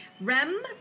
REM